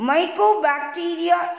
Mycobacteria